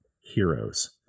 heroes